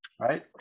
right